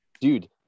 Dude